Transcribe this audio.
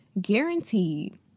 Guaranteed